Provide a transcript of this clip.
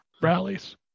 rallies